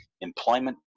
employment